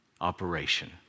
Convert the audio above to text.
operation